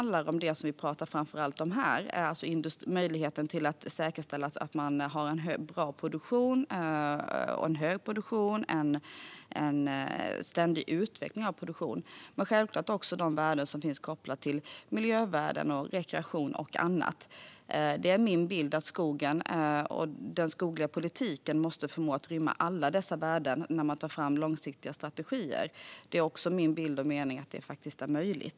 Det som vi framför allt pratar om här är möjligheten att säkerställa en bra och hög produktion och en ständig utveckling av produktionen, men det handlar självklart också om de värden som finns kopplat till miljö, rekreation och annat. Min bild är att skogen och den skogliga politiken måste förmå att rymma alla dessa värden när man tar fram långsiktiga strategier. Det är också min bild och mening att detta faktiskt är möjligt.